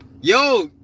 Yo